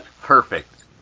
Perfect